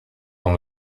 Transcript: dans